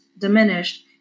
diminished